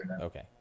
okay